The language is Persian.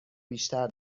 بیشتر